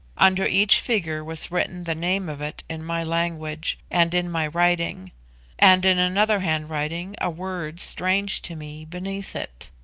under each figure was written the name of it in my language, and in my writing and in another handwriting a word strange to me beneath it.